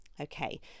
Okay